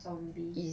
zombie